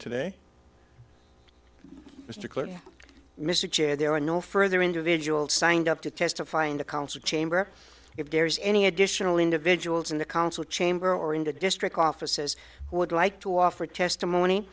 today mr clinton mr chair there are no further individuals signed up to testify in the council chamber if there's any additional individuals in the council chamber or in the district offices who would like to offer testimony